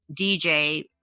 DJ